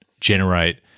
generate